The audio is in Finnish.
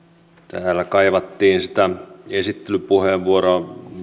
täällä kaivattiin sitä esittelypuheenvuoroa